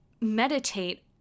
meditate